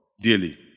daily